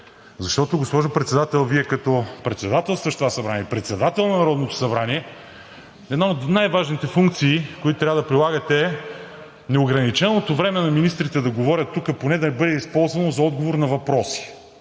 Защото, госпожо Председател, Вие, като председателстващ това събрание и председател на Народното събрание, една от най-важните функции, които трябва да прилагате, е неограниченото време на министрите да говорят тук, поне да бъде използвано за отговор на въпроси.